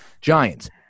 Giants